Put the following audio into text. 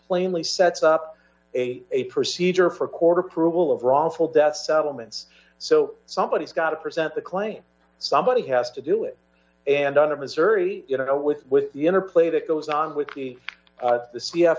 plainly sets up a a procedure for court approval of wrongful death settlements so somebody has got to present the claim somebody has to do it and under missouri you know with with the interplay that goes on with the the c